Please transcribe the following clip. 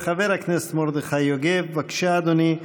חבר הכנסת מרדכי יוגב, בבקשה, אדוני.